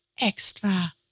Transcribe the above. extra